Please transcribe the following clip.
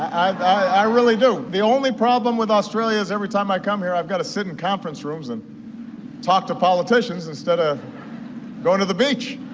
i really do. the only problem with australia is every time i come here i have got to sit in conference rooms and talk to politicians instead of going to the beach.